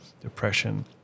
depression